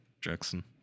jackson